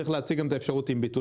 צריך להציג גם את האפשרות עם ביטול,